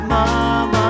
Mama